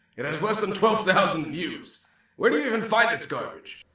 you know has less than twelve thousand views where do you even find this garbage?